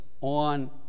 on